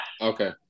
Okay